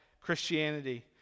Christianity